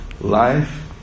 Life